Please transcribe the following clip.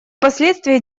последствия